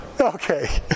okay